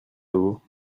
vaut